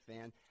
fan